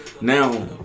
Now